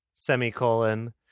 Semicolon